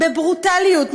בברוטליות,